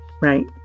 Right